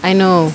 I know